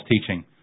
teaching